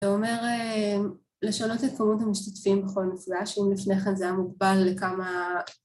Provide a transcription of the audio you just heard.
זה אומר לשנות את כמות המשתתפים בכל נפגש, אם לפני כן זה היה מוגבל לכמה